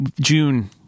June